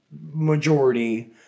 majority